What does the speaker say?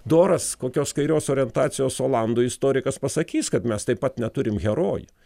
doras kokios kairios orientacijos olandų istorikas pasakys kad mes taip pat neturim herojų